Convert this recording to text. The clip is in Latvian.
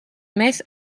mēs